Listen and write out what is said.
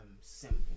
simple